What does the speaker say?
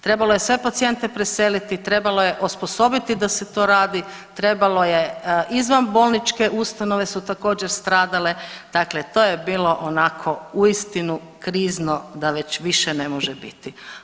Trebalo je sve pacijente preseliti, trebalo je osposobiti da se to radi, trebalo je izvanbolničke ustanove su također stradale, dakle to je bilo onako uistinu krizno da već više ne može biti.